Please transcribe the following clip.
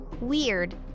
Weird